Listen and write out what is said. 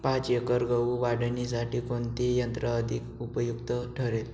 पाच एकर गहू काढणीसाठी कोणते यंत्र अधिक उपयुक्त ठरेल?